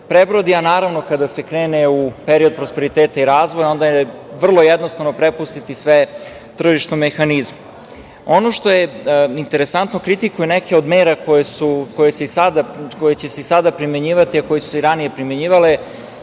prebrodi, a naravno kada se krene u period prosperiteta i razvoja, da je vrlo jednostavno prepustiti sve tržišnom mehanizmu. Ono što je interesantno, kritikuje neke od mera koje će se i sada primenjivati, koje su se i ranije primenjivale.